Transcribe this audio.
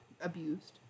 abused